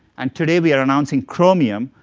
and today we're announcing chromium,